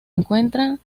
encuentra